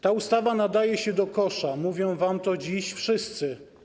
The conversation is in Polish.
Ta ustawa nadaje się do kosza, mówią wam to dziś wszyscy.